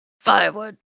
firewood